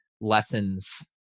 lessons